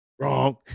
wrong